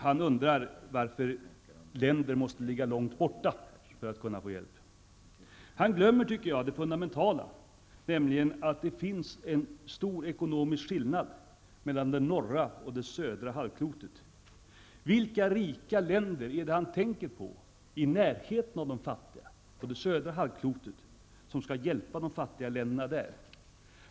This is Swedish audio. Han undrar varför länder måste ligga långt borta för att kunna få hjälp. Han glömmer, tycker jag, det fundamentala, nämligen att det finns en stor ekonomisk skillnad mellan det norra och det södra halvklotet. Vilka rika länder är det han tänker på i närheten av de fattiga på det södra halvklotet, som skulle kunna hjälpa de fattiga där?